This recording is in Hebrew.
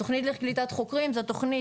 התוכנית לקליטת חוקרים זו התוכנית